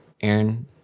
Aaron